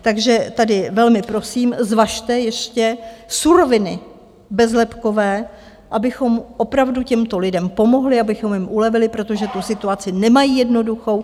Takže tady velmi, prosím, zvažte ještě suroviny bezlepkové, abychom opravdu těmto lidem pomohli, abychom jim ulevili, protože tu situaci nemají jednoduchou.